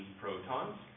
protons